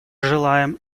желаем